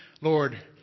Lord